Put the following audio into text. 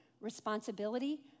responsibility